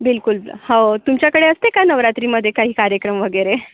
बिलकुल होव तुमच्याकडे असते का नवरात्री मधे काही कार्यक्रम वगैरे